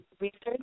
research